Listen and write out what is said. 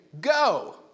go